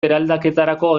eraldaketarako